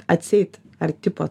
atseit ar tipo